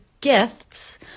gifts